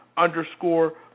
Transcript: underscore